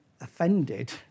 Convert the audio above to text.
offended